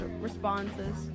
responses